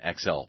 XL